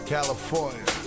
California